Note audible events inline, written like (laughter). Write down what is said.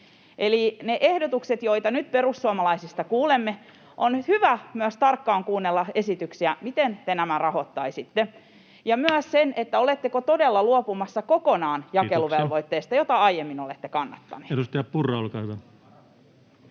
Eli niistä ehdotuksista, joita nyt perussuomalaisista kuulemme, on hyvä myös tarkkaan kuunnella esityksiä, miten te nämä rahoittaisitte, (noise) ja myös se, oletteko todella luopumassa kokonaan jakeluvelvoitteesta, jota aiemmin olette kannattaneet. Kiitoksia. — Edustaja Purra, olkaa hyvä.